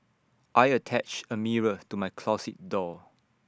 I attached A mirror to my closet door